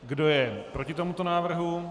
Kdo je proti tomuto návrhu?